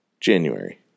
January